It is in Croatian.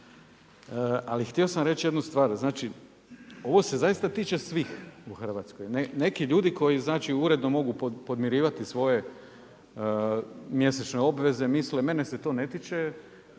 Ali htio sam reći jednu stvar, znači, ovo se zaista tiče svih u Hrvatskoj. Neki ljudi koji uredno mogu podmirivati svoje mjesečne obveze, misle, mene se to ne tiče,